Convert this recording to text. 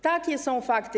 Takie są fakty.